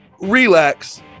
relax